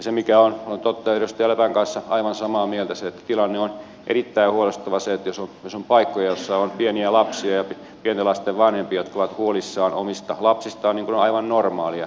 se mikä on totta olen edustaja lepän kanssa aivan samaa mieltä on se että tilanne on erittäin huolestuttava jos on paikkoja joissa on pieniä lapsia ja pienten lasten vanhempia jotka ovat huolissaan omista lapsistaan niin kuin on aivan normaalia